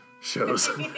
Shows